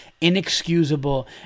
inexcusable